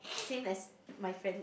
same as my friend